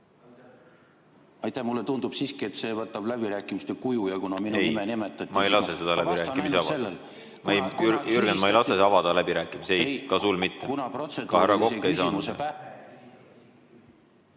Aitäh! Mulle tundub siiski, et see võtab läbirääkimiste kuju, ja kuna minu nime nimetati ... Ei, ma ei lase läbirääkimisi avada. Jürgen, ma ei lase läbirääkimisi avada. Ei, ka sul mitte. Ka härra Kokk ei saanud. Nii.